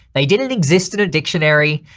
they didn't exist in a dictionary,